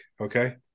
okay